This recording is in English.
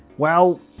well,